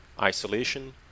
isolation